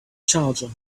charger